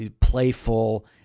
playful